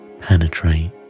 penetrate